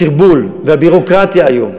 הסרבול והביורוקרטיה היום,